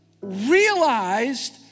realized